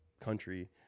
country